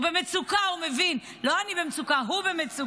הוא במצוקה, הוא מבין, לא אני במצוקה, הוא במצוקה.